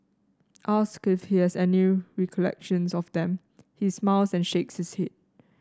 asked if he has any recollections of them he smiles and shakes his head